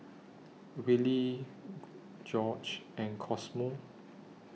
Willy Gorge and Cosmo